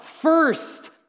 first